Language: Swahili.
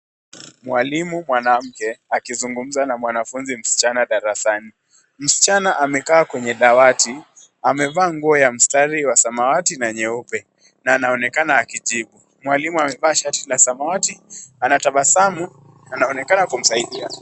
Mwalimu mwanamke akizungumza na mwanafunzi msichana darasani. Msichana amekaa kwenye dawati , amevaa nguo ya mstari wa samawati na nyeupe na anaonekana akijibu. Mwalimu amevaa shati la samawati, anatabasamu na anaonekana kumsaidia.